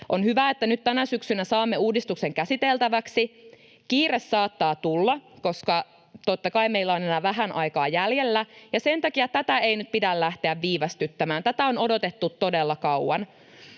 On hyvä, että nyt tänä syksynä saamme uudistuksen käsiteltäväksi. Kiire saattaa tulla, koska totta kai meillä on aina vähän aikaa jäljellä, ja sen takia tätä ei nyt pidä lähteä viivästyttämään. Tätä on odotettu todella kauan.